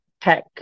tech